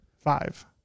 Five